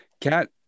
cat